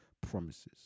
promises